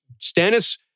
Stannis